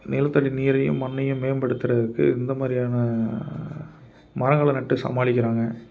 நிலத்தடி நீரையும் மண்ணையும் மேம்படுத்துறதுக்கு இந்தமாதிரியான மரங்களை நட்டு சமாளிக்கிறாங்க